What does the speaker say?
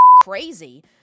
crazy